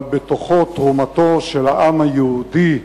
אבל בתוכו, תרומתו של העם היהודי בגבורה,